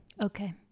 Okay